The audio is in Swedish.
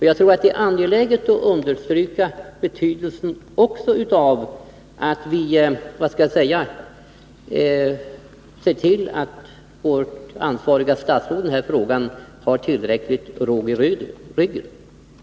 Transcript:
Jag tror att det är angeläget att understryka betydelsen av att vi ser till att vårt ansvariga statsråd i den här frågan har tillräckligt med råg i ryggen.